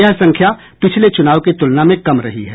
यह संख्या पिछले चुनाव की तुलना में कम रही है